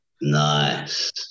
Nice